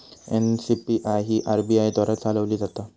NCPI ही RBI द्वारा चालवली जाता